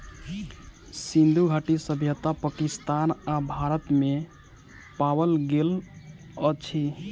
सिंधु घाटी सभ्यता पाकिस्तान आ भारत में पाओल गेल अछि